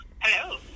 Hello